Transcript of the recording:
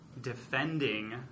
defending